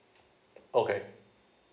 okay